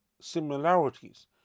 similarities